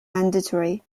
mandatory